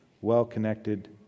well-connected